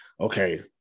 okay